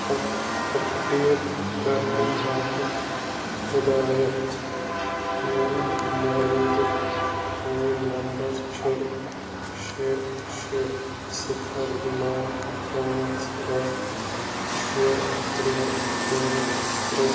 up update کرنہٕ باپَتھ ہِدایت میٛون موٗجوٗدٕ فون نمبر چھُ شےٚ شےٚ صِفر نَو پانٛژھ اکھ شےٚ ترٛےٚ ٲٹھ ترٛےٚ